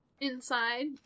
inside